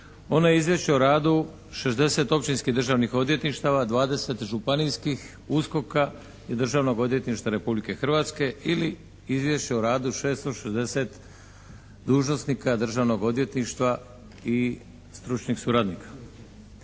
Ono je izvješće o radu 60 općinskih državnih odvjetništava, 20 županijskih USKOK-a i Državnog odvjetništva Republike Hrvatske ili izvješće o radu 660 dužnosnika državnog odvjetništva i stručnih suradnika.